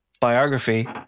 biography